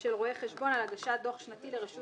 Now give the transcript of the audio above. של רואה חשבון על הגשת דוח שנתי לרשות